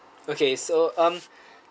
okay so um